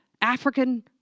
African